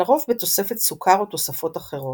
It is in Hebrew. לרוב בתוספת סוכר או תוספות אחרות.